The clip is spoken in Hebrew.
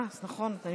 אה, סליחה.